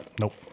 Nope